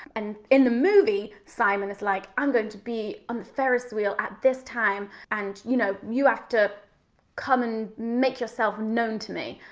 and in the movie, simon is like, i'm going to be on the ferris wheel at this time. and you know you have to come and make yourself known to me.